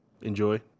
Enjoy